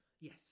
Yes